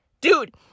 Dude